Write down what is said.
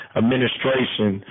administration